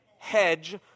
hedge